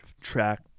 track